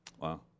Wow